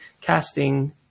casting